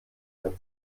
mehr